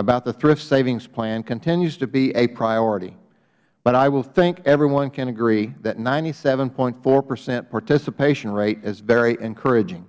about the thrift savings plan continues to be a priority but i would think everyone can agree that ninety seven point four percent participation rate is very encouraging